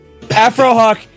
Afrohawk